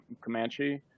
Comanche